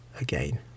again